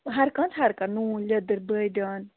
ہر کانٛہہ حظ ہر کانٛہہ نوٗن لیٚدٕر بٲدیان